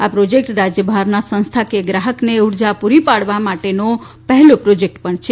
આ પ્રોજેક્ટ રાજ્ય બહારના સંસ્થાકીય ગ્રાહકને ઉર્જા પૂરી પાડવા માટેનો પહેલો પ્રોજેક્ટ પણ છે